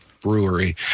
Brewery